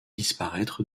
disparaître